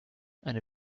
eine